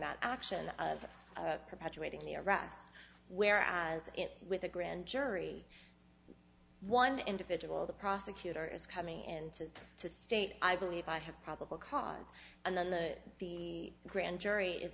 that action of perpetuating the arrest where as with the grand jury one individual the prosecutor is coming in to to state i believe i have probable cause and then that the grand jury is